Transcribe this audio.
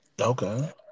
okay